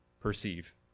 perceive